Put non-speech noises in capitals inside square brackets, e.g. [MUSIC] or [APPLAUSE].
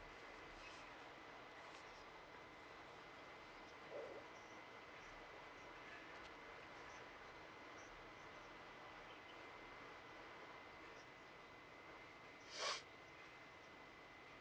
[NOISE]